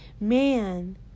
man